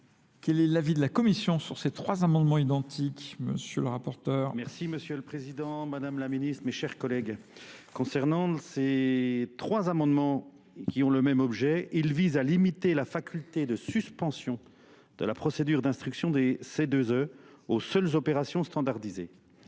Quel est l'avis de la Commission sur ces trois amendements identiques, Monsieur le rapporteur ? Merci Merci Monsieur le Président, Madame la Ministre, mes chers collègues. Concernant ces trois amendements qui ont le même objet, ils visent à limiter la faculté de suspension de la procédure d'instruction des C2E aux seules opérations standardisées.